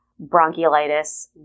bronchiolitis